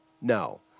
No